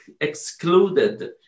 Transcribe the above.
excluded